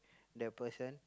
that person